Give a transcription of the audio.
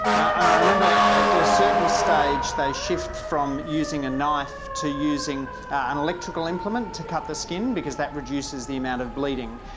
and i remember at a certain stage they shift from using a knife to using an electrical implement to cut the skin because that reduces the amount of bleeding,